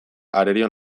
arerio